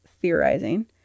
theorizing